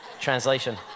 translation